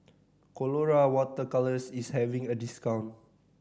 Colora Water Colours is having a discount